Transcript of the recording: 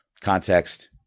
Context